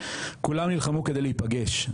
כולם נלחמו כדי להיפגש,